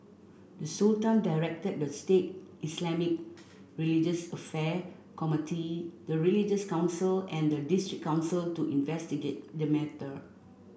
the Sultan directed the state Islamic religious affair committee the religious council and the district council to investigate the matter